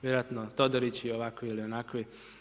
Vjerojatno Todorić ili ovakvi ili onakvi.